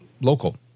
local